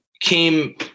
came